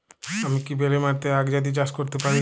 আমি কি বেলে মাটিতে আক জাতীয় চাষ করতে পারি?